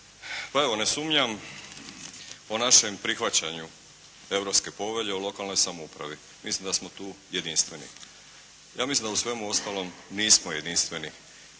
Pa evo ne sumnjam po našem prihvaćanju Europske povelje o lokalnoj samoupravi. Mislim da smo tu jedinstveni. Ja mislim da u svemu ostalom nismo jedinstveni,